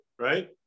right